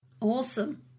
Awesome